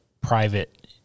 private